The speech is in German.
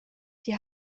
die